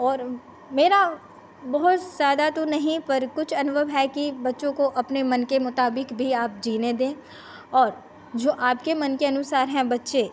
और मेरा बहुत ज़्यादा तो नहीं पर कुछ अनुभव है कि बच्चों को अपने मन के मुताबिक भी आप जीने दें और जो आपके मन के अनुसार हैं बच्चे